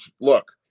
look